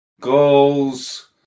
goals